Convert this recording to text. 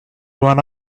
one